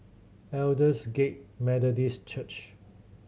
Aldersgate Methodist Church